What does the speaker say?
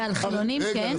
ועל חילונים כן?